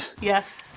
Yes